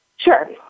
Sure